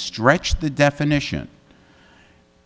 stretch the definition